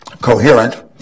coherent